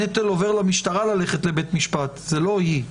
הנטל עובר למשטרה ללכת לבית משפט, ולא היא.